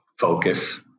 focus